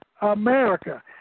America